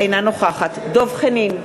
אינה נוכחת דב חנין,